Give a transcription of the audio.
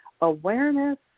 awareness